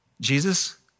Jesus